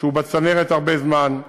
שהוא בצנרת הרבה זמן,